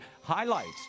highlights